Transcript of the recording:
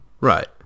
Right